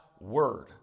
Word